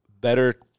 better